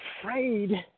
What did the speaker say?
afraid